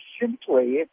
simply